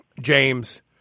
James